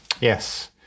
Yes